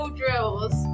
drills